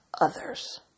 others